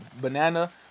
banana